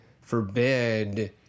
forbid